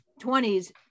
20s